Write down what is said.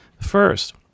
First